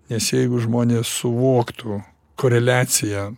nes jeigu žmonės suvoktų koreliaciją